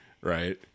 right